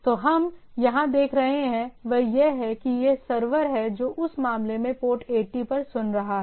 जो हम यहां देख रहे हैं वह यह है कि यह सर्वर है जो इस मामले में पोर्ट 80 पर सुन रहा है